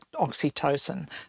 oxytocin